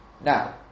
Now